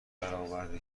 برآورده